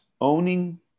owning